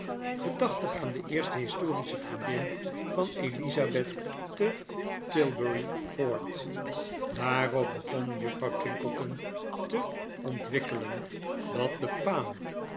gedachtig aan de eerste historische vriendin van elizabeth te tilburyfort daarop begon juffrouw twinkleton te ontwikkelen dat de faam